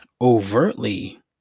overtly